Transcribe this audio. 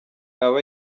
aba